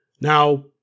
Now